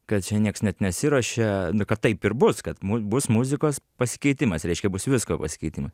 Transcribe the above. kad čia nieks net nesiruošia kad taip ir bus kad bus muzikos pasikeitimas reiškia bus visko pasikeitimai